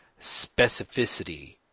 specificity